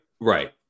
right